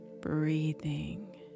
breathing